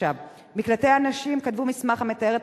3. מקלטי הנשים כתבו מסמך המתאר את